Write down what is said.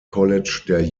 college